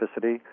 specificity